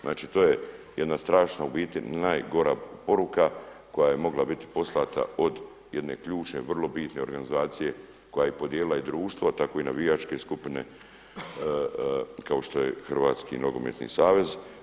Znači to je jedna strašna u biti najgora poruka koja je mogla biti poslata od jedne ključne, vrlo bitne organizacije koja je podijelila i društvo, a tako i navijačke skupine kao što je Hrvatski nogometni savez.